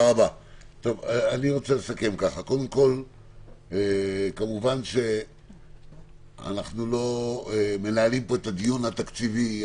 אני רוצה לסכם כך: כמובן שאנחנו לא מנהלים פה את הדיון התקציבי.